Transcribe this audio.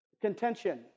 Contention